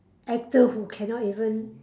actor who cannot even